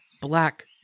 Black